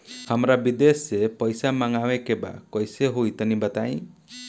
हमरा विदेश से पईसा मंगावे के बा कइसे होई तनि बताई?